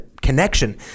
connection